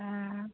हां